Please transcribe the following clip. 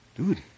dude